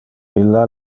illa